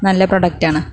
നല്ല പ്രൊഡക്റ്റാണ്